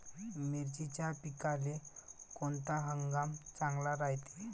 मिर्चीच्या पिकाले कोनता हंगाम चांगला रायते?